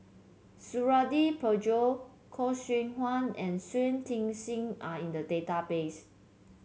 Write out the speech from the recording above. Suradi Parjo Khoo Seow Hwa and Shui Tit Sing are in the database